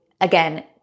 again